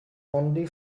only